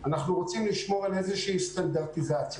אנחנו רוצים לשמור על איזושהי סטנדרטיזציה.